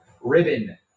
ribbon